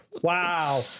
Wow